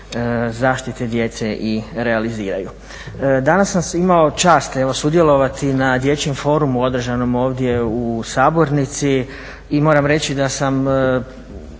zaštite djece i realiziraju. Danas sam imao čast sudjelovati na Dječjem forumu održanom ovdje u sabornici i moram reći da sam